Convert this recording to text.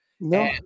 No